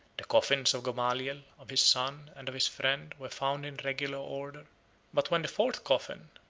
the coffins of gamaliel, of his son, and of his friend, were found in regular order but when the fourth coffin,